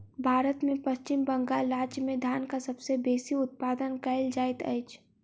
भारत में पश्चिम बंगाल राज्य में धानक सबसे बेसी उत्पादन कयल जाइत अछि